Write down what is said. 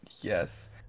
Yes